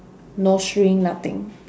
no string nothing